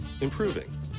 improving